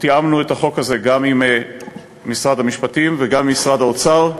תיאמנו את החוק הזה גם עם משרד המשפטים וגם עם משרד האוצר,